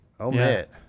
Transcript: omit